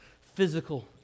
physical